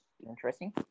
Interesting